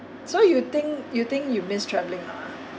so you think you think you miss travelling ah